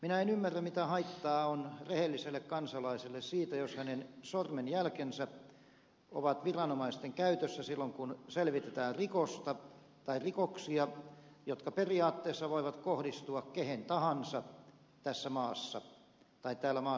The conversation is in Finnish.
minä en ymmärrä mitä haittaa on rehelliselle kansalaiselle siitä jos hänen sormenjälkensä ovat viranomaisten käytössä silloin kun selvitetään rikosta tai rikoksia jotka periaatteessa voivat kohdistua kehen tahansa tässä maassa tai tässä maassa liikkuvaan